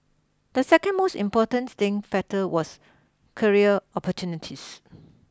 the second most important staying factor was career opportunities